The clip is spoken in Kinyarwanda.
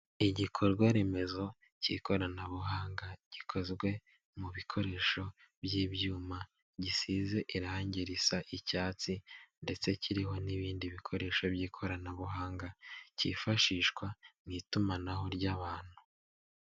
Igikorwa remezo cy'ikoranabuhanga gikozwe mu bikoresho by'ibyuma, gisize irangi risa icyatsi ndetse kiriho n'ibindi bikoresho by'ikoranabuhanga cyifashishwa mu itumanaho ry'abantu.